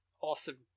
Awesome